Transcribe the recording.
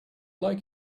like